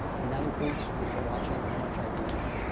and that includes, you know, watching how much i drink.